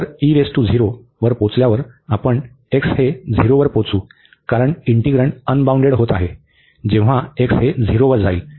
तर वर पोचल्यावर आपण वर पोचू कारण इंटिग्रन्ड अनबाउंडेड होत आहे जेव्हा वर जाईल